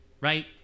right